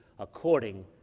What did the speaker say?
according